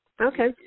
Okay